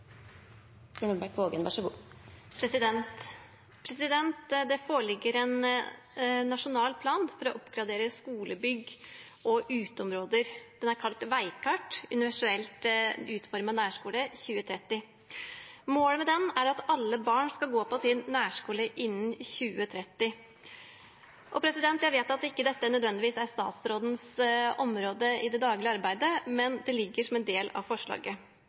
kalt Veikart. Universelt utformet nærskole 2030. Målet med den er at alle barn skal gå på sin nærskole innen 2030. Jeg vet at dette ikke nødvendigvis er statsrådens område i det daglige arbeidet, men det ligger som en del av forslaget.